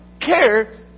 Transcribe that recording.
care